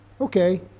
okay